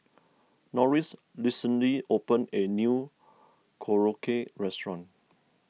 Norris recently opened a new Korokke restaurant